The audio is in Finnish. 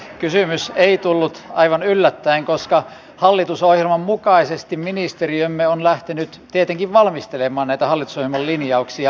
kysymys ei tullut aivan yllättäin koska hallitusohjelman mukaisesti ministeriömme on lähtenyt tietenkin valmistelemaan näitä hallitusohjelman linjauksia